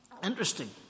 interesting